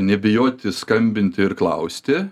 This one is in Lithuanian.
nebijoti skambinti ir klausti